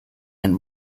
and